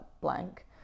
blank